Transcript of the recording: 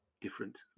different